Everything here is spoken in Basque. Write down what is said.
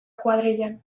kuadrillan